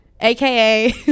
AKA